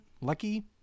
Lucky